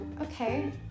okay